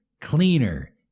cleaner